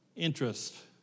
interest